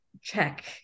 check